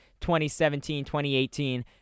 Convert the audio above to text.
2017-2018